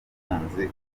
umukunzi